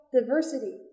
diversity